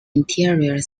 interior